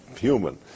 human